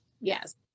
Yes